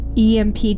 EMP